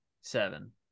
seven